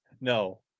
No